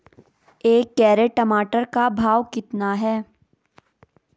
एक कैरेट टमाटर का भाव कितना है?